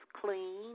clean